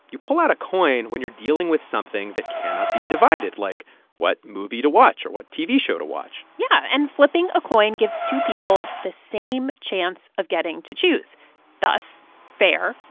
you pull out a coin when you're dealing with something that cannot be divided, like what movie to watch or what tv show to watch yeah. and flipping a coin gives two people the same chance of getting to choose thus fair,